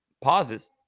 pauses